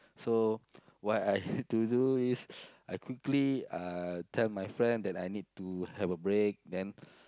so what I had to do is I quickly uh tell my friend that I need to have a break then